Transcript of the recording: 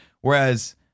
Whereas